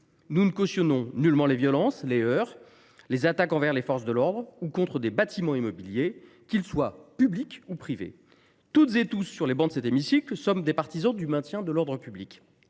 Nous ne cautionnons nullement les violences, les heurts et les attaques envers les forces de l’ordre ou contre des bâtiments et biens mobiliers, qu’ils soient publics ou privés. Toutes et tous, sur les travées de cet hémicycle, nous sommes des partisans du maintien de l’ordre public.